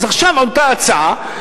אז עכשיו עלתה הצעה,